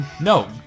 No